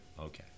Okay